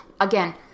Again